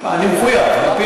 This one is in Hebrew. פעם בחודשיים, אני מחויב, על-פי